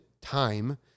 time